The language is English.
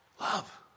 Love